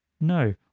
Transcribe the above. No